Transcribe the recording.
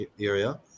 area